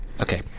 Okay